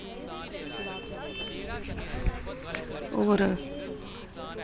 होर